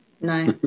No